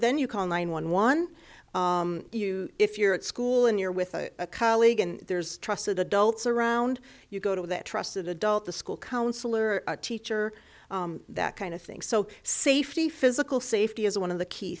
then you call nine one one you if you're at school and you're with a colleague and there's trusted adults around you go to that trusted adult the school counselor teacher that kind of thing so safety physical safety is one of the key